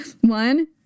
One